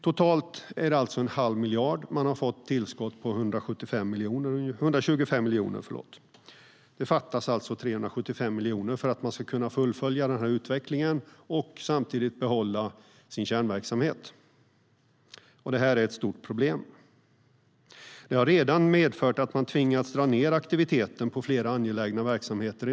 Totalt handlar det alltså om en halv miljard; man har fått ett tillskott på ungefär 125 miljoner. Det fattas således 375 miljoner för att man ska kunna fullfölja utvecklingen och samtidigt behålla sin kärnverksamhet. Det här är ett stort problem. Det har redan medfört att Tullverket tvingats dra ned aktiviteten på flera angelägna verksamheter.